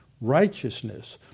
righteousness